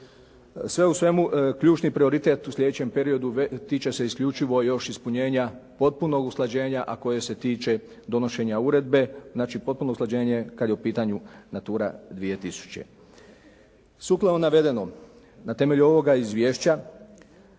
Sve u svemu ključni prioritet u sljedećem periodu tiče se isključivo još ispunjenja potpunog usklađenja, a koje se tiče donošenja uredbe, znači potpuno usklađenje kada je u pitanju "Natura 2000.". Sukladno navedenog, na temelju ovoga izvješća,